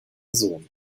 sohn